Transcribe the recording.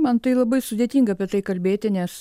man tai labai sudėtinga apie tai kalbėti nes